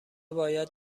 باید